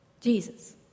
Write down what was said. Jesus